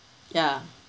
ya